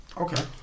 Okay